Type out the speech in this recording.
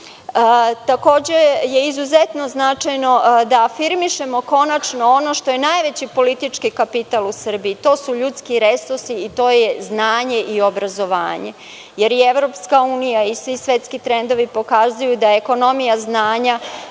je izuzetno značajno da afirmišemo konačno ono što je najveći politički kapital u Srbiji. To su ljudski resursi i to je znanje i obrazovanje, jer i EU i svi svetski trendovi pokazuju da je ekonomija znanja